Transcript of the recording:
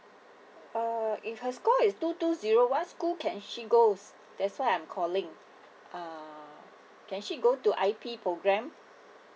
uh if her score is two two zero what school can she goes that's why I'm calling uh can she go to I_P program